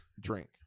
drink